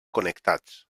connectats